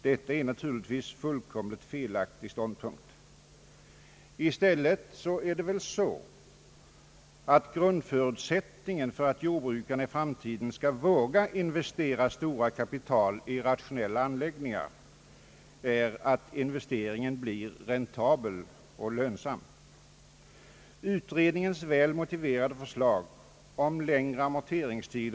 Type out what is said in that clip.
Detta är naturligtvis en fullkomligt felaktig ståndpunkt. Grundförutsättningen för att jordbrukarna i framtiden skall våga investera stora kapital i rationella anläggningar är i stället att investeringen blir räntabel och lönsam.